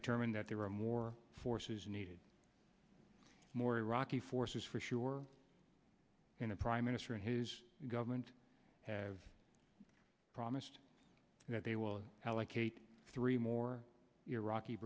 determined that there are more forces needed more iraqi forces for sure in a prime minister and his government have promised that they will allocate three more iraqi